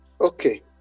Okay